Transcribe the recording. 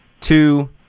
two